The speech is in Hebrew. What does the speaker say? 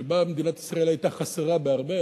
שבה מדינת ישראל היתה חסרה בהרבה,